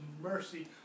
mercy